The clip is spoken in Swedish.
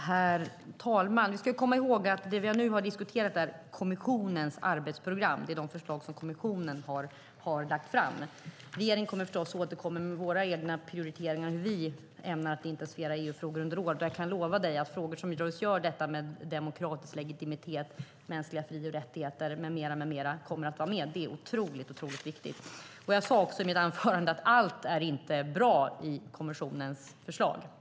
Herr talman! Vi ska komma ihåg att det vi nu diskuterar är kommissionens arbetsprogram, de förslag som kommissionen har lagt fram. Regeringen kommer förstås att återkomma med egna prioriteringar, hur vi ämnar intensifiera EU-frågor under året. Jag kan lova Hans Linde att frågor som rör demokratisk legitimitet, mänskliga fri och rättigheter med mera kommer att vara med. Det är oerhört viktigt. Jag sade i mitt anförande att allt inte är bra i kommissionens förslag.